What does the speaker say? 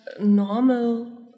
normal